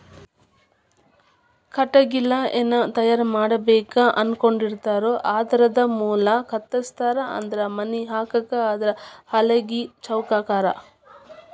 ಕಟಗಿಲೆ ಏನ ತಯಾರ ಮಾಡಬೇಕ ಅನಕೊಂಡಿರತಾರೊ ಆಧಾರದ ಮ್ಯಾಲ ಕತ್ತರಸ್ತಾರ ಅಂದ್ರ ಮನಿ ಹಾಕಾಕ ಆದ್ರ ಹಲಗಿ ಚೌಕಾಕಾರಾ